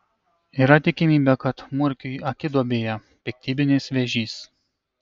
yra tikimybė kad murkiui akiduobėje piktybinis vėžys